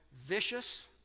vicious